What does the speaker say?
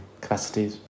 capacities